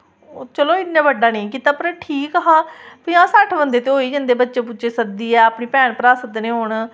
ओह् चलो इ'न्ना बड्डा नेईं कीता पर ठीक हा पंजाह् सट्ठ बंदे ते होई गै जंदे बच्चे बुच्चे सद्दियै अपने भैन भ्राऽ सद्दने होन